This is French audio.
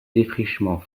défrichement